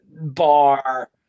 bar